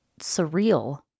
surreal